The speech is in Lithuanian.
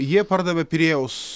jie pardavė pirėjaus